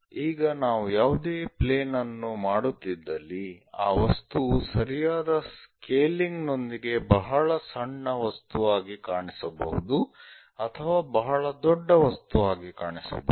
ಈಗ ನಾವು ಯಾವುದೇ ಪ್ಲೇನ್ ಅನ್ನು ಮಾಡುತ್ತಿದ್ದಲ್ಲಿ ಆ ವಸ್ತುವು ಸರಿಯಾದ ಸ್ಕೇಲಿಂಗ್ ನೊಂದಿಗೆ ಬಹಳ ಸಣ್ಣ ವಸ್ತುವಾಗಿ ಕಾಣಿಸಬಹುದು ಅಥವಾ ಬಹಳ ದೊಡ್ಡ ವಸ್ತುವಾಗಿ ಕಾಣಿಸಬಹುದು